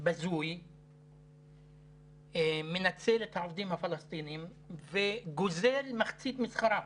בזוי מנצל את העובדים הפלסטינים וגוזל מחצית משכרם,